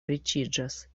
riĉiĝas